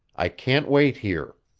i can't wait here.